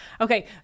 okay